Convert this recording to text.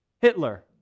Hitler